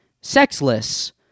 sexless